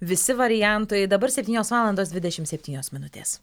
visi variantui dabar septynios valandos dvidešim septynios minutės